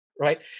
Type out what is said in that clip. right